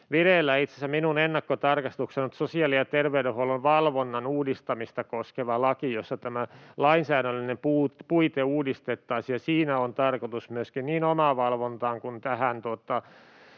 minun ennakkotarkastuksessani, sosiaali- ja terveydenhuollon valvonnan uudistamista koskeva laki, jossa tämä lainsäädännöllinen puite uudistettaisiin, ja siinä on tarkoitus myöskin niin omavalvontaan kuin